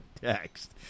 text